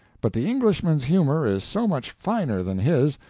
but the englishman's humor is so much finer than his,